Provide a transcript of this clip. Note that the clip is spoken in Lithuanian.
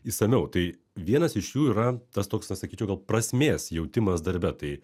išsamiau tai vienas iš jų yra tas toks na sakyčiau gal prasmės jautimas darbe tai